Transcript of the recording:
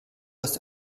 hast